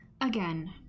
again